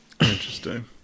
interesting